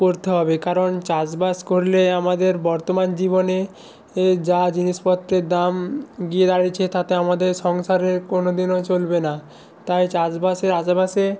করতে হবে কারণ চাষবাস করলে আমাদের বর্তমান জীবনে এ যা জিনিসপত্রের দাম গিয়ে দাঁড়িয়েছে তাতে আমাদের সংসারের কোনো দিনও চলবে না তাই চাষবাসের আশেপাশে